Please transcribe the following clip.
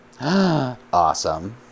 awesome